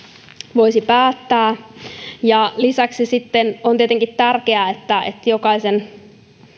voisi päättää lisäksi sitten on tietenkin tärkeää että jokaisen